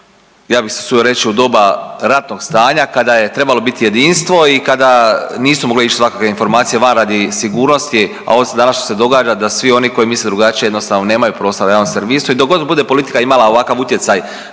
ja bih se usudio reći u doba ratnog stanja kada je trebalo bit jedinstveno i kada nisu mogle ići svakakve informacije van radi sigurnosti, a ovo danas što se događa da svi oni koji misle drugačije jednostavno nemaju prostora u javnom servisu. I dok god bude politika imala ovakav utjecaj